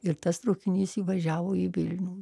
ir tas traukinys įvažiavo į vilnių